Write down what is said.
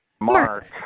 Mark